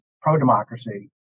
pro-democracy